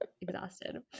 exhausted